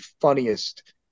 funniest